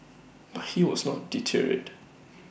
but he was not deterred